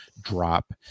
drop